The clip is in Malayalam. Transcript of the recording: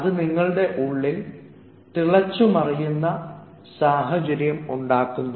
അത് നിങ്ങളുടെ ഉള്ളിൽ തിളച്ചുമറിയുന്ന സാഹചര്യം ഉണ്ടാക്കുന്നു